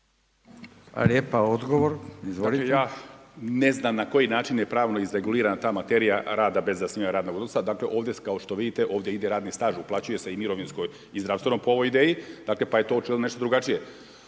**Martinović, Juro** Dakle ja ne znam na koji način je pravno izregulirana ta materija rada bez zasnivanja radnog odnosa. Dakle ovdje kao što vidite, ovdje ide radni staž, uplaćuje se i mirovinsko i zdravstveno po ovoj ideji. Dakle pa je to …/Govornik se ne razumije./…